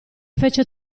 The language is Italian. fece